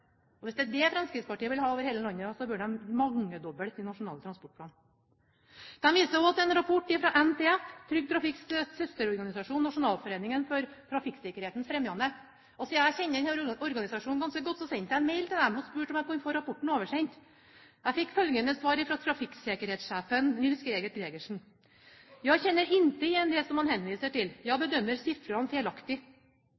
A-standard. Hvis det er dét Fremskrittspartiet vil ha over hele landet, bør de mangedoble sin nasjonale transportplan. De viser også til en rapport fra NTF, Trygg Trafikks søsterorganisasjon, Nationalföreningen för Trafiksäkerhetens Främjande. Jeg kjenner denne organisasjonen ganske godt, så jeg sendte en mail til dem og spurte om jeg kunne få rapporten oversendt. Jeg fikk følgende svar fra trafikksikkerhetssjefen, Nils Petter Gregersen: «Jag känner inte igen det som